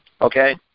Okay